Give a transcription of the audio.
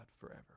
forever